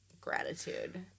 gratitude